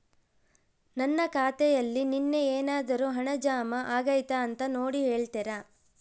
ನನ್ನ ಖಾತೆಯಲ್ಲಿ ನಿನ್ನೆ ಏನಾದರೂ ಹಣ ಜಮಾ ಆಗೈತಾ ಅಂತ ನೋಡಿ ಹೇಳ್ತೇರಾ?